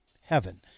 heaven